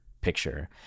picture